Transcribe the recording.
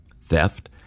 theft